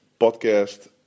podcast